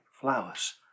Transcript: flowers